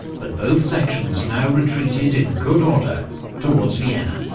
but both sections now retreated in good order towards vienna.